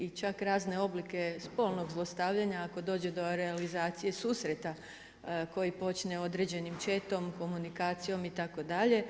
I čak razne oblike spolnog zlostavljanja ako dođe do realizacije susreta koji počne određenim chatom, komunikacijom itd.